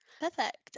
Perfect